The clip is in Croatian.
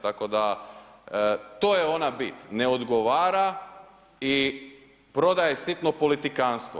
Tako da, to je ona bit, ne odgovara i prodaje sitno politikantstvo.